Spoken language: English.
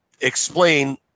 explain